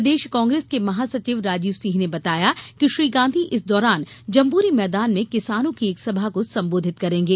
प्रदेश कांग्रेस के महासचिव राजीव सिंह ने बताया कि श्री गांधी इस दौरान जम्बूरी मैदान में किसानों की एक सभा को संबोधित करेंगे